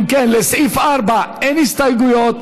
אם כן, לסעיף 4 אין הסתייגויות.